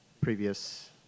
previous